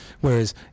whereas